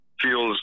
feels